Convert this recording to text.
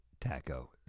Taco